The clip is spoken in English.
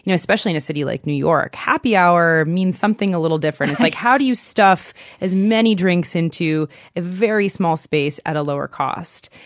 you know especially in a city like new york, happy hour means something a little different. it's like, how do you stuff as many drinks into a very small space at a lower cost?